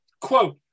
Quote